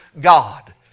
God